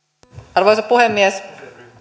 arvoisa puhemies